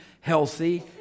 healthy